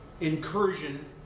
incursion